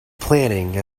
planning